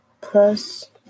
plus